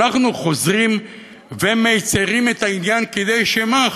אנחנו חוזרים ומצרים את העניין כדי שמה,